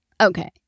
Okay